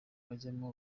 bajyamo